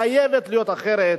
חייבת להיות אחרת.